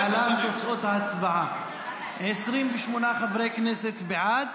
להלן תוצאות ההצבעה: 28 חברי כנסת בעד,